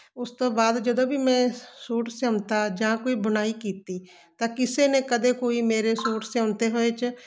ਉਸ ਤੋਂ ਬਾਅਦ ਜਦੋਂ ਵੀ ਮੈਂ ਸੂਟ ਸਿਉਂਤਾ ਜਾਂ ਕੋਈ ਬੁਣਾਈ ਕੀਤੀ ਤਾਂ ਕਿਸੇ ਨੇ ਕਦੇ ਕੋਈ ਮੇਰੇ ਸੂਟ ਸਿਉਂਤੇ ਹੋਏ 'ਚ